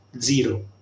zero